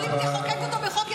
אבל אם תחוקק אותו בחוק-יסוד,